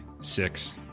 six